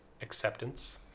acceptance